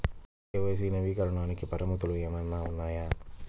KYC నవీకరణకి పరిమితులు ఏమన్నా ఉన్నాయా?